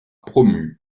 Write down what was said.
promu